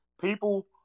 people